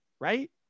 right